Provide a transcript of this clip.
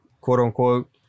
quote-unquote